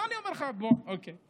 אז אני אומר לך: בוא, אוקיי.